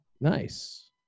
Nice